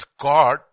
God